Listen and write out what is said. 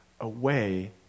away